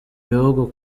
bihugu